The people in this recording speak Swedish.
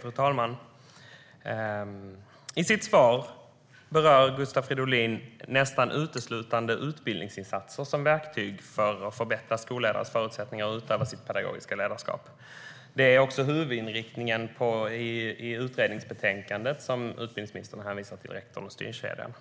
Fru talman! I sitt svar berör Gustav Fridolin nästan uteslutande utbildningsinsatser som verktyg för att förbättra skolledares förutsättningar att utöva sitt pedagogiska ledarskap. Det är också huvudinriktningen i utredningsbetänkandet, Rektorn och styrkedjan , som utbildningsministern hänvisade till.